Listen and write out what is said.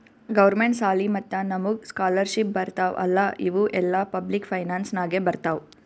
government ಸಾಲಿ ಮತ್ತ ನಮುಗ್ ಸ್ಕಾಲರ್ಶಿಪ್ ಬರ್ತಾವ್ ಅಲ್ಲಾ ಇವು ಎಲ್ಲಾ ಪಬ್ಲಿಕ್ ಫೈನಾನ್ಸ್ ನಾಗೆ ಬರ್ತಾವ್